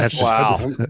Wow